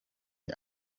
ati